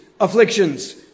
afflictions